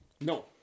No